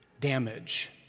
damage